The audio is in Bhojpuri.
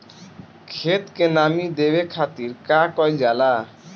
खेत के नामी देवे खातिर का कइल जाला?